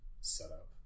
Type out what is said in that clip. setup